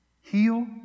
Heal